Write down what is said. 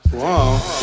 Whoa